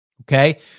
okay